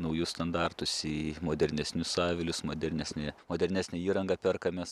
naujus standartus į modernesnius avilius modernesni modernesnę įranga perkamės